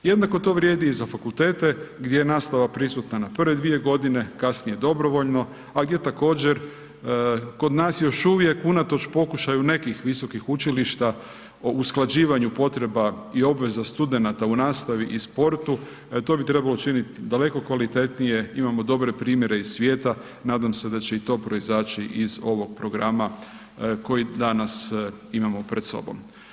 Jednako to vrijedi i za fakultete, gdje je nastava prisutna na prve dvije godine, kasnije dobrovoljno, a gdje također kod nas još uvijek, unatoč pokušaju nekih visokih učilišta o usklađivanju potreba i obveza studenata u nastavi i sportu, to bi trebalo činiti daleko kvalitetnije, imamo dobre primjere iz svijeta, nadam se da će i to proizaći iz ovog programa koji danas imamo pred sobom.